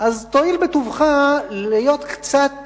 תואיל בטובך להיות קצת